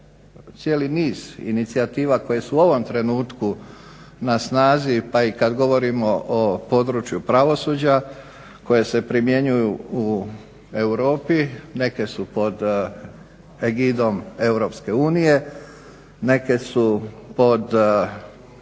cijeli niz inicijativa koje su u ovom trenutku na snazi, pa i kad govorimo o području pravosuđa koje se primjenjuju u Europi. Neke su pod egidom EU, neke su pod